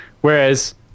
whereas